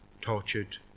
tortured